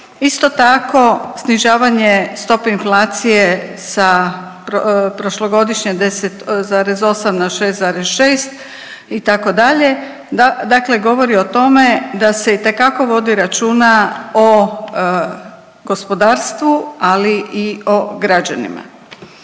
Isto tako snižavanje stope inflacije sa prošlogodišnje 10,8 na 6,6 itd., dakle govori o tome da se itekako vodi računa o gospodarstvu, ali i o građanima.